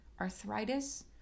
arthritis